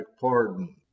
pardon